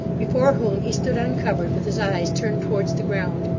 before whom he stood uncovered, with his eyes turned towards the ground.